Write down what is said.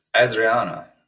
Adriana